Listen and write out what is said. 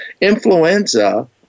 influenza